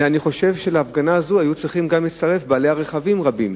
אני חושב שלהפגנה הזאת היו צריכים להצטרף בעלי רכבים רבים,